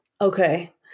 Okay